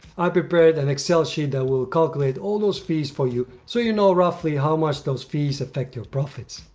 i prepared an excel sheet that will calculate all those fees for you so you know roughly how much those fees affect your profits.